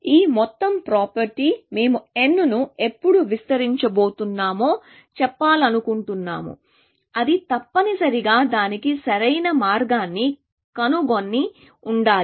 ఈ మొత్తం ప్రాపర్టీ మేము n ను ఎప్పుడు విస్తరించబోతున్నామో చెప్పాలనుకుంటున్నాము అది తప్పనిసరిగా దానికి సరైన మార్గాన్ని కనుగొని ఉండాలి